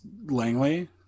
Langley